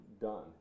done